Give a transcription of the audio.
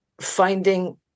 finding